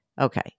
Okay